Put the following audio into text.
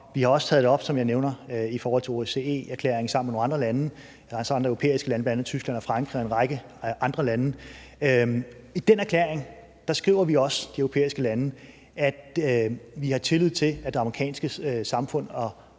jeg nævnte, taget det op i forhold til OSCE-erklæringen sammen med nogle andre lande, andre europæiske lande, bl.a. Tyskland og Frankrig og en række andre lande. I den erklæring skriver vi også, de europæiske lande, at vi har tillid til, at det amerikanske samfund